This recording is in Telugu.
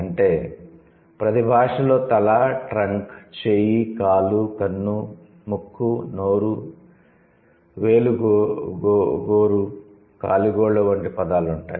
అంటే ప్రతి భాషలో తల ట్రంక్ చేయి కాలు కన్ను ముక్కు నోరు వేలుగోలు కాలి గోళ్ళ వంటి పదాలు ఉంటాయి